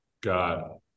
got